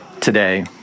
today